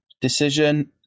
decision